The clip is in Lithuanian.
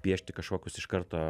piešti kažkokius iš karto